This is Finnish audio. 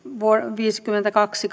viisikymmentäkaksi